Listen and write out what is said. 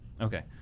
Okay